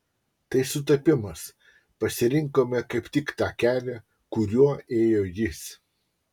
tai sutapimas pasirinkome kaip tik tą kelią kuriuo ėjo jis